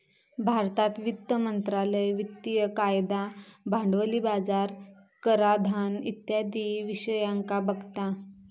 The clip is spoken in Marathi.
भारतात वित्त मंत्रालय वित्तिय कायदा, भांडवली बाजार, कराधान इत्यादी विषयांका बघता